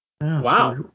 Wow